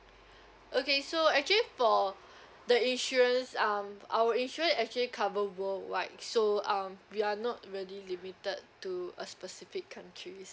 okay so actually for the insurance um our insurance actually cover worldwide so um we are not really limited to a specific countries